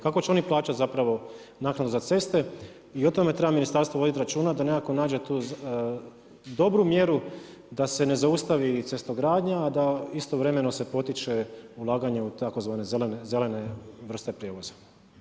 Kako će oni plaćati zapravo naknadu za ceste i o tome treba ministarstvo voditi računa da nekako nađe tu dobru mjeru da se ne zaustavi cestogradnja a da istovremeno se potiče ulaganje u tzv. zelene vrste prijevoza.